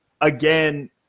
again